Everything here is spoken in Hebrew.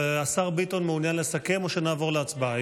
השר ביטון מעוניין לסכם או שנעבור להצבעה?